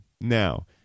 Now